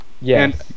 Yes